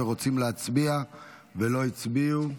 רוצים להצביע ולא הצביעו?